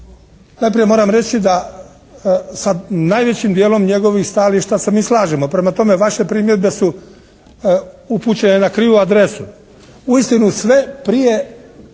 Najprije moram reći da sa najvećim dijelom njegovih stajališta se mi slažemo. Prema tome, vaše primjedbe su upućene na krivu adresu. Uistinu, sve prije,